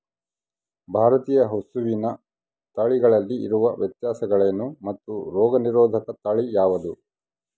ಭಾರತೇಯ ಹಸುವಿನ ತಳಿಗಳಲ್ಲಿ ಇರುವ ವ್ಯತ್ಯಾಸಗಳೇನು ಮತ್ತು ರೋಗನಿರೋಧಕ ತಳಿ ಯಾವುದು?